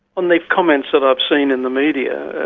on the comments that i've seen in the media,